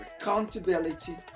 accountability